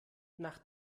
nach